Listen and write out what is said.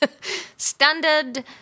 Standard